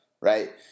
right